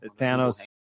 thanos